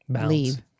leave